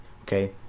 Okay